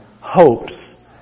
hopes